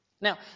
Now